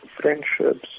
friendships